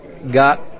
got